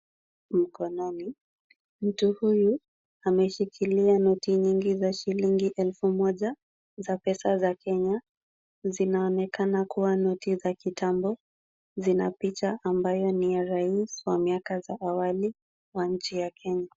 Mkononi, mtu huyu ameshikilia noti mingi za shilingi elfu moja za pesa za Kenya. Zinaonekana kuwa noti za kitambo. Zina picha ambayo ni ya rais wa miaka za awali wa nchi ya Kenya.